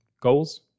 goals